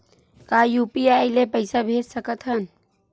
का यू.पी.आई ले पईसा भेज सकत हन?